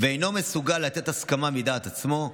ואינו מסוגל לתת הסכמה מדעת עצמו,